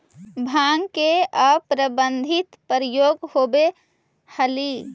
भाँग के अप्रतिबंधित प्रयोग होवऽ हलई